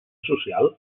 social